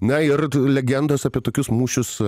na ir legendos apie tokius mūšius